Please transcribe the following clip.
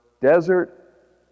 desert